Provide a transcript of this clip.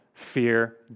fear